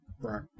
right